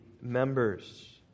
members